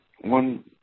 one